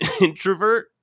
introvert